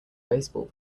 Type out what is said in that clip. baseball